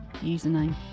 username